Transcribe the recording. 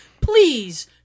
Please